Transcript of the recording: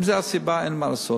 אם זו הסיבה, אין מה לעשות.